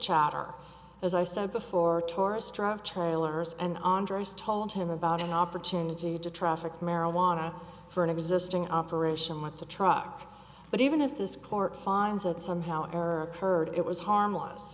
chatter as i said before tourists drive trailers and andre's told him about an opportunity to traffic marijuana for an existing operation with a truck but even if this court finds it somehow error occurred it was harmless